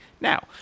Now